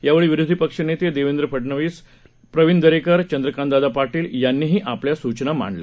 यावेळी विरोधी पक्ष नेते देवेंद्र फडणवीस प्रवीण दरेकर चंद्रकांतदादा पाटील यांनीही आपल्या सुचना मांडल्या